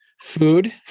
food